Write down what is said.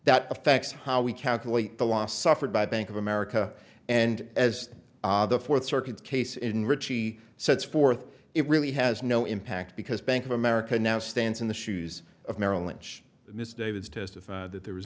that affects how we calculate the loss suffered by bank of america and as the fourth circuit case in ritchie sets forth it really has no impact because bank of america now stands in the shoes of merrill lynch miss davids testified that there was